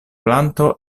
planto